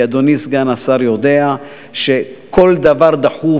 כי אדוני סגן השר יודע שכל דבר דחוף,